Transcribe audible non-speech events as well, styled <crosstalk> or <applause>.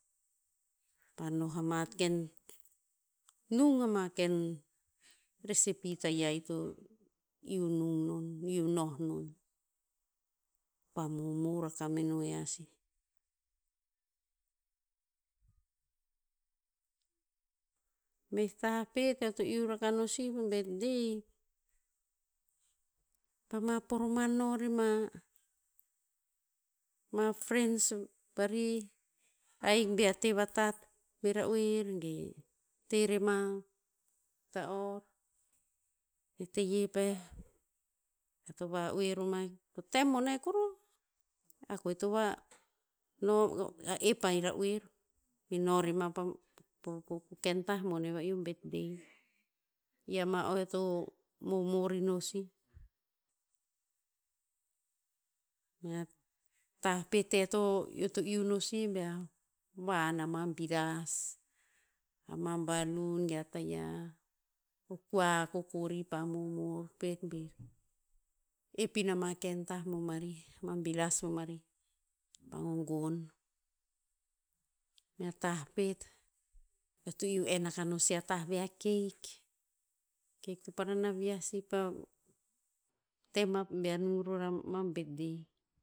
Pa noh ama ken nung ama ken recipe tayia ito iu nung non iu noh non. Pa momor akah meno yia sih. Meh tah pet eo to iu rakah no si po birthday, pama poroman no rema, ma friends varih ahik bear te vatat me ra'oer ge te rema ta'or. E teye peh ea to va'oe roma po tem bone kuruh ea koe to va no <unintelligible> ep pai ra'oer bi no rema pa po ken tah bone va'ih o birthday. I ama o eo to momor ino sih. Mea tah pet e eo to iu no sih bea, vahan ama biras, ama balloon ge a tayiah. Ko kua kokori pa momor pet bir ep ina ma ken tah bomarih. Ma biras bomarih, pa gogon. Mea tah pet, eo to iu en akah ino si a tah ve a cake. Cake to parana viah sih pa tem a, bear nung ror ama birthday.